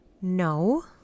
no